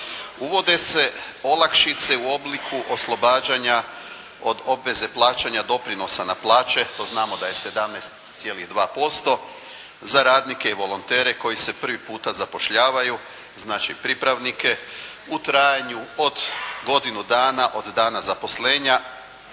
Uvode se olakšice u obliku oslobađanja od obveze plaćanja doprinosa na plaće, to znamo da je 17,2% za radnike i volontere koji se prvi puta zapošljavaju, znači pripravnike u trajanju od godinu dana od dana zaposlenja.